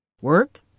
Work